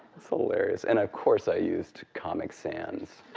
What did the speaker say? that's hilarious. and of course i used comic sans.